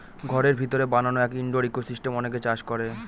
ঘরের ভিতরে বানানো এক ইনডোর ইকোসিস্টেম অনেকে চাষ করে